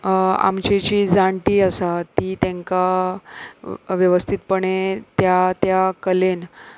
आमची जी जाणटी आसा ती तांकां वेवस्थीतपणे त्या त्या कलेन